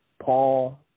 Paul